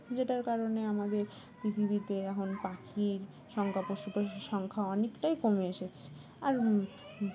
যেটার কারণে আমাদের পৃথিবীতে এখন পাখির সংখ্যা পশুপাখির সংখ্যা অনেকটাই কমে এসেছে আর